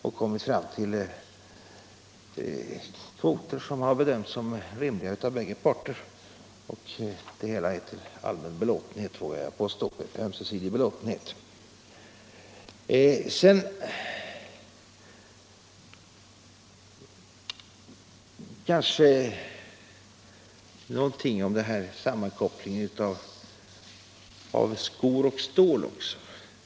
De kvoter som vi har kommit fram till har bedömts som rimliga av bägge parter. Jag vågar påstå att förhandlingarna har utfallit till ömsesidig belåtenhet. Så några ord om denna sammankoppling av skor och stål.